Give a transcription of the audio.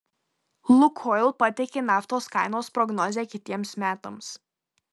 lukoil pateikė naftos kainos prognozę kitiems metams